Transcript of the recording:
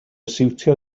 siwtio